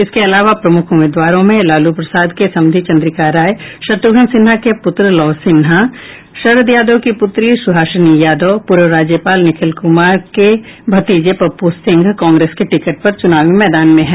इसके अलावा प्रमुख उम्मीदवारों में लालू प्रसाद के समधी चन्द्रीका राय शत्रुघ्न सिन्हा के पुत्र लव सिन्हा शरद यादव की पुत्री सुहाषिनी यादव पूर्व राज्यपाल निखिल कुमार के भतीजे पप्पू सिंह कांग्रेस के टिकट पर चुनावी मैदान में है